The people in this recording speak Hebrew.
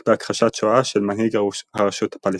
בהכחשת שואה של מנהיג הרשות הפלסטינית.